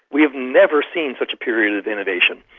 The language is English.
we have never seen such a period of innovation.